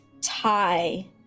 tie